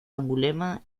angulema